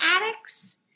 addicts